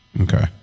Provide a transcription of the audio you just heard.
Okay